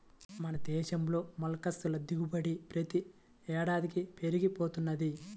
మన దేశంలో మొల్లస్క్ ల దిగుబడి ప్రతి ఏడాదికీ పెరిగి పోతున్నది